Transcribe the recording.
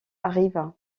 arriva